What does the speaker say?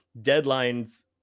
deadlines